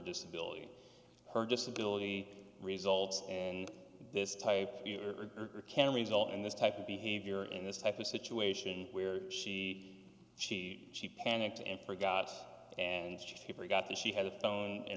disability her disability results and this type can result in this type of behavior in this type of situation where she she she panicked and forgot and should he forgot that she had a phone in